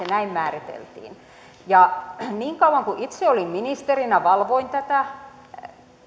näin se määriteltiin niin kauan kuin itse olin ministerinä valvoin tätä